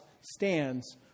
stands